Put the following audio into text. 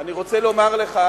אני רוצה לומר לך